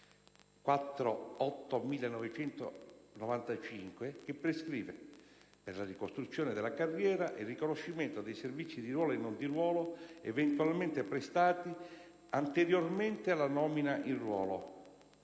1995 che prescrive, per la ricostruzione della carriera, il riconoscimento dei servizi di ruolo e non di ruolo eventualmente prestati anteriormente alla nomina in ruolo.